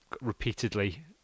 repeatedly